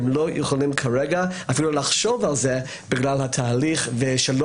הם לא יכולים כרגע אפילו לחשוב על זה בגלל התהליך ושלא